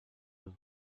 the